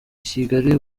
kigali